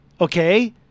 Okay